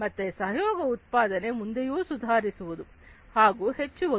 ಮತ್ತೆ ಸಹಯೋಗ ಉತ್ಪಾದನೆ ಮುಂದೆಯೂ ಸುಧಾರಿಸುವುದು ಹಾಗೂ ಹೆಚ್ಚುವುದು